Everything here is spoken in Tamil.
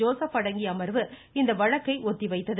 ஜோசப் அடங்கிய அமர்வு இந்த வழக்கை ஒத்திவைத்துத